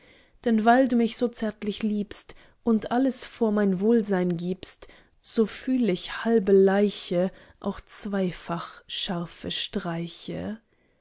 denn weil du mich so zärtlich liebst und alles vor mein wohlsein gibst so fühl ich halbe leiche auch zweifach scharfe streiche